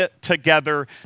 Together